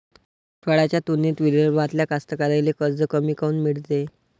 मराठवाड्याच्या तुलनेत विदर्भातल्या कास्तकाराइले कर्ज कमी काऊन मिळते?